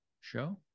show